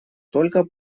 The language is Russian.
только